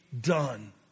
done